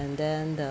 then the